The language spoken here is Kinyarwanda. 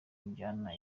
njyana